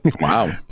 Wow